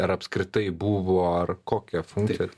ar apskritai buvo ar kokią funkciją